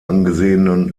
angesehenen